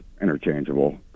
interchangeable